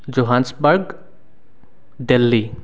Johannesburg Delhi